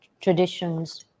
traditions